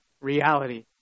reality